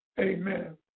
Amen